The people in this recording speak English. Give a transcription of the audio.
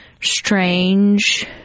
strange